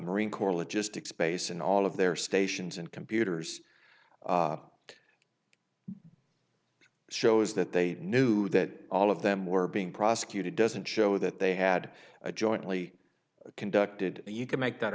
marine corps logistics base and all of their stations and computers shows that they knew that all of them were being prosecuted doesn't show that they had a jointly conducted you can make that